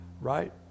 right